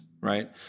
right